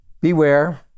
Beware